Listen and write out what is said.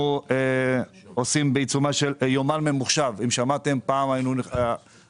אנחנו מעבירים כמעט מיליארד שקל משנה לשנה בלי לדעת את הכול?